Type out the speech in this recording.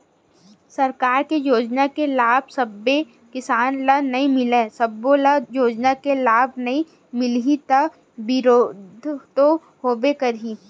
सरकार के योजना के लाभ सब्बे किसान ल नइ मिलय, सब्बो ल योजना के लाभ नइ मिलही त बिरोध तो होबे करही